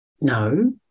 No